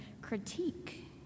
critique